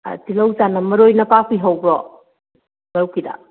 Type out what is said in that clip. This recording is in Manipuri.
ꯇꯤꯂꯧ ꯆꯅꯝ ꯃꯔꯨꯏ ꯅꯄꯥꯛꯄꯤ ꯍꯧꯕ꯭ꯔꯣ ꯃꯔꯨꯞꯀꯤꯗ